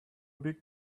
big